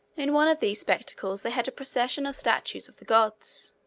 in one of these spectacles they had a procession of statues of the gods.